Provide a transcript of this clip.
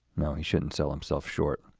no, he shouldn't sell himself short,